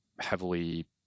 heavily